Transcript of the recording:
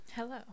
Hello